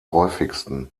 häufigsten